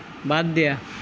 বাদ দিয়া